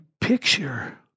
picture